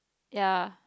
ya